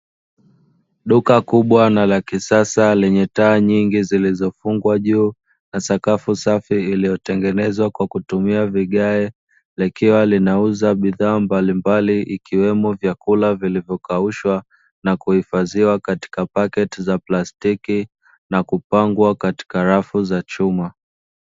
Duka kubwa na lakisasa lenye taa nyingi zilizofungwa juu na sakafu safi iliyotengenezwa kwa kutumia vigae, likiwa linauza bidhaa mbalimbali ikiwemo vyakula vilivyokaushwa na kuhifadhiwa katika paketi na plastiki na kupangwa katika rafu za chuma.